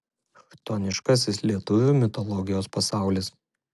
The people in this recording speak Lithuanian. chtoniškasis lietuvių mitologijos pasaulis